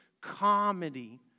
comedy